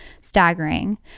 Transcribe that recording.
staggering